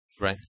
right